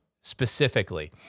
specifically